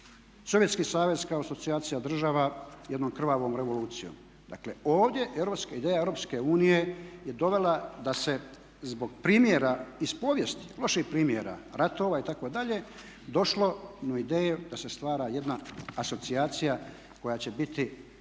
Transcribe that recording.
Sovjetski savez kao asocijacija država jednom krvavom revolucijom. Dakle ovdje europska ideja Europske unije je dovela da se zbog primjera iz povijesti, loših primjera ratova itd., došlo na ideju da se stvara jedna asocijacija koja će biti